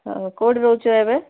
ହଁ କେଉଁଠି ରହୁଛ ଏବେ